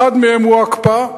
אחת מהן היא ההקפאה.